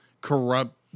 corrupt